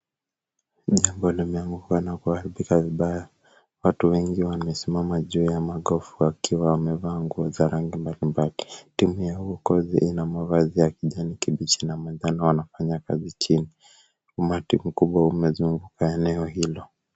Jengo limeanguka na kuharibika vibaya, watu wengi wamesimama juu ya magofu wakiwa wamevaa nguo za rangi mbalimbali. Timu ya uokozi ina mavazi ya kijani kibichi na manjano wanafanya kazi chini. Umati mkubwa umezunguka eneo hilo.